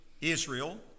Israel